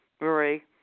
Marie